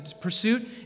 pursuit